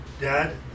Dad